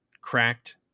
cracked